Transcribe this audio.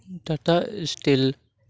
Tata steel